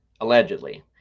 allegedly